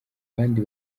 bandi